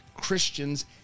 Christians